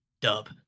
dub